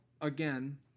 again